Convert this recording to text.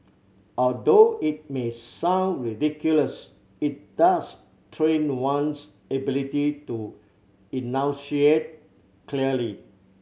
although it may sound ridiculous it does train one's ability to enunciate clearly